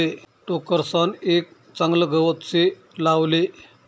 टोकरसान एक चागलं गवत से लावले